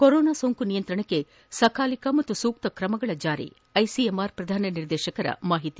corona ಸೋಂಕು ನಿಯಂತ್ರಣಕ್ಕೆ ಸಕಾಲಿಕ ಮತ್ತು ಸೂಕ್ತ ಕ್ರಮಗಳ ಜಾರಿ ಐಸಿಎಂಆರ್ ಪ್ರಧಾನ ನಿರ್ದೇಶಕರ ಮಾಹಿತಿ